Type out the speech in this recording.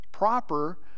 proper